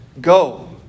Go